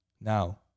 Now